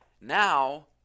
Now